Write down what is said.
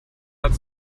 hat